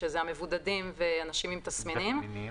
שזה המבודדים ואנשים עם תסמינים.